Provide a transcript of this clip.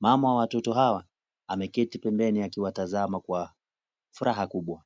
Mama wa watoto hawa ameketi pembeni akiwatazama kwa furaha kubwa.